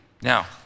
Now